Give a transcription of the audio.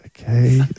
Okay